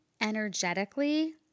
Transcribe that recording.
energetically